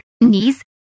knees